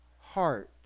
heart